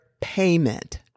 payment